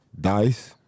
Dice